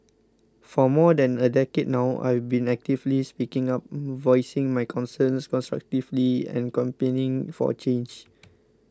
for more than a decade now I've been actively speaking up voicing my concerns constructively and campaigning for change